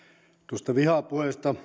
tuosta vihapuheesta